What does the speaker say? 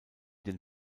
den